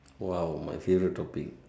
!wow! my favorite topic